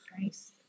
Nice